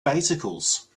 bicycles